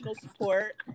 support